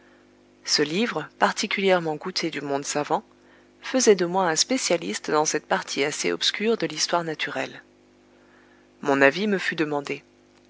ce livre particulièrement goûté du monde savant faisait de moi un spécialiste dans cette partie assez obscure de l'histoire naturelle mon avis me fut demandé